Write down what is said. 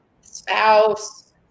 spouse